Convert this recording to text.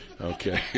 Okay